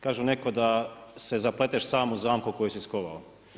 Kaže neko da se zapleteš sam u zamku koju si skovao.